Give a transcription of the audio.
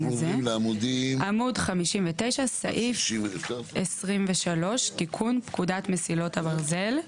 אנחנו בעמוד 59 בסעיף 23. תיקון פקודת מסילות הברזל.